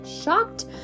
shocked